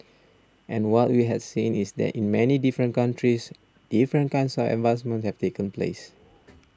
and what we had seen is that in many different countries different kinds are advancements have taken place